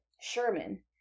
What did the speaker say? Sherman